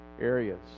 areas